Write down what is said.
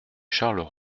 charles